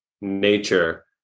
nature